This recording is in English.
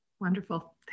Wonderful